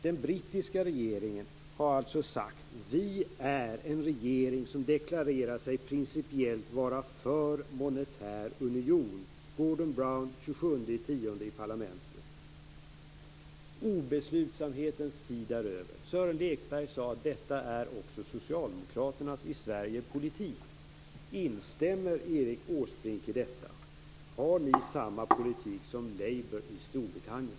Den brittiska regeringen har alltså sagt: Vi är en regering som deklarerar sig principiellt vara för en monetär union. Detta är undertecknat av Obeslutsamhetens tid är över. Sören Lekberg sade att detta är också de svenska socialdemokraternas politik. Instämmer Erik Åsbrink i detta? Har ni samma politik som Labour i Storbritannien?